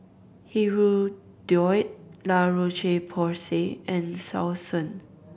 Hirudoid La Roche Porsay and Selsun